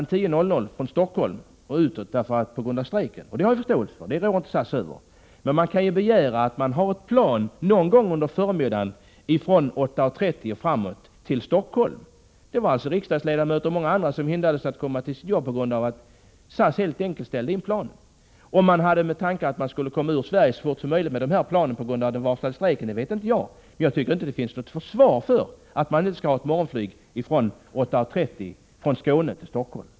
10.00 från Stockholm på grund av strejken. Det har jag förståelse för, den rår inte SAS över. Men man kan begära att det finns ett plan någon gång under förmiddagen ifrån 8.30 och framåt till Stockholm. Det var riksdagsledamöter och andra som hindrades att komma till sina jobb på grund av att SAS helt enkelt ställde in planen. Tanken var kanske att man skulle komma ut ur Sverige så fort som möjligt med de här planen på grund av den varslade strejken — det vet inte jag, men jag tycker inte att det finns något försvar för att inte ha ett morgonflyg efter 8.30 från Skåne till Stockholm.